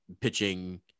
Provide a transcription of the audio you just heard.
pitching